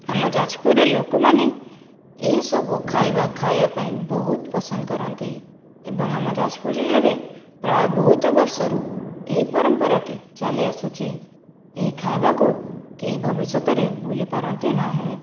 ଆମ ଯାଜପୁରରେ ଲୋକମାନେ ଏହି ସବୁ ଖାଇବା ଖାଇବା ପାଇଁ ବହୁତ ପସନ୍ଦ କରନ୍ତି ଏବଂ ଆମ ଯାଜପୁର ଜିଲ୍ଲାରେ ପ୍ରାୟ ବହୁତ ବର୍ଷରୁ ଏହି ପରମ୍ପରାଟି ଚାଲି ଆସୁଛି ଏହି ଖାଇବାକୁ କେହି ଭବିଷ୍ୟତରେ ଭୁଲି ପାରନ୍ତି ନାହିଁ